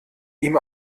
ihm